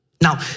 Now